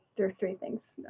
they're three things.